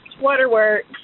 waterworks